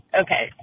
okay